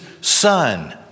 son